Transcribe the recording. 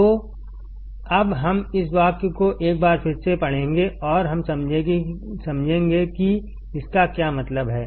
तो अब हम इस वाक्य को एक बार फिर से पढ़ेंगे और हम समझेंगे कि इसका क्या मतलब है